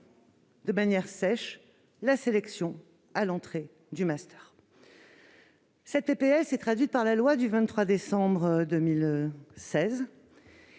de manière sèche la sélection à l'entrée du master. Ce texte s'est trouvé prolongé par la loi du 23 décembre 2016,